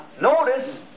Notice